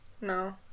No